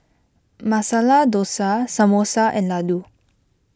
Masala Dosa Samosa and Ladoo